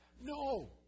no